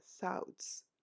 thoughts